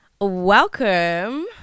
welcome